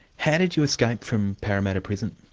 how did you escape from parramatta prison?